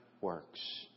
works